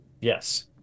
yes